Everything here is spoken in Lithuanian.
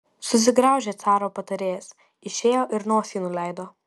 susigraužė caro patarėjas išėjo ir nosį nuleido